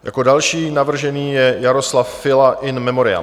Jako další navržený je Jaroslav Fila, in memoriam.